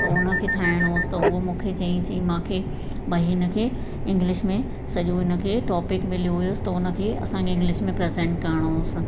त उन खे ठाहिणो हुअसि त उहा मूंखे चई चई मूंखे भई हिन खे इंग्लिश में सॼो हिन खे टॉपिक मिलियो हुअसि त उन खे असांखे इंग्लिश में प्रेसेंट करिणो हुअसि